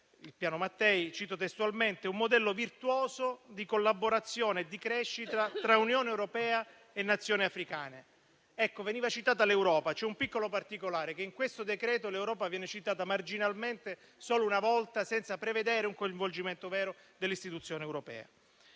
il Piano Mattei «un modello virtuoso di collaborazione e di crescita tra Unione europea e Nazioni africane». Ecco, veniva citata l'Europa, ma c'è un piccolo particolare: che in questo decreto l'Europa viene citata marginalmente, solo una volta e senza prevedere un coinvolgimento vero dell'istituzione europea.